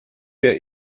wir